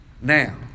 now